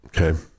Okay